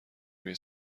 روی